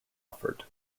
offered